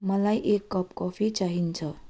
मलाई एक cup coffee चाहिन्छ